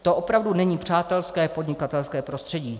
To opravdu není přátelské podnikatelské prostředí.